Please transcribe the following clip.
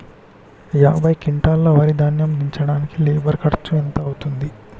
యాభై క్వింటాల్ వరి ధాన్యము దించడానికి లేబర్ ఖర్చు ఎంత అయితది?